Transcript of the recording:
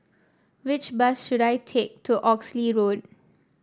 which bus should I take to Oxley Road